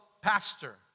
pastor